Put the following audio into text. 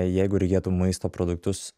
jeigu reikėtų maisto produktus